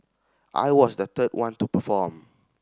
I was the third one to perform